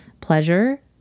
pleasure